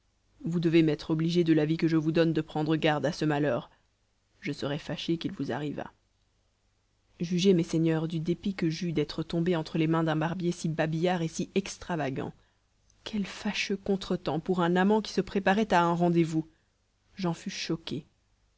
vous devez m'être obligé de l'avis que je vous donne de prendre garde à ce malheur je serais fâché qu'il vous arrivât jugez mes seigneurs du dépit que j'eus d'être tombé entre les mains d'un barbier si babillard et si extravagant quel fâcheux contretemps pour un amant qui se préparait à un rendez-vous j'en fus choqué